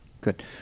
Good